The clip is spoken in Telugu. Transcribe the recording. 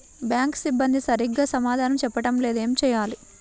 బ్యాంక్ సిబ్బంది సరిగ్గా సమాధానం చెప్పటం లేదు ఏం చెయ్యాలి?